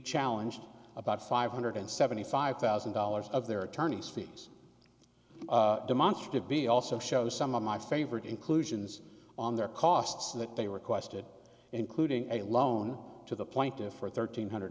challenge about five hundred seventy five thousand dollars of their attorney's fees demonstrative be also shows some of my favorite inclusions on their costs that they requested including a loan to the plaintiff for thirteen hundred